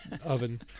oven